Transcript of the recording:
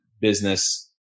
business